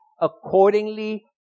accordingly